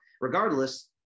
regardless